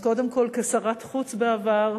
אז קודם כול, כשרת חוץ בעבר,